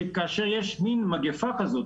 שכאשר יש מין מגיפה כזאת,